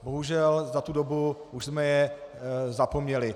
Bohužel, za tu dobu už jsme je zapomněli.